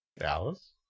Alice